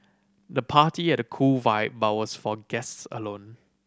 the party had a cool vibe but was for guests alone